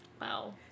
Wow